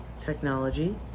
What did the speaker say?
technology